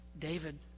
David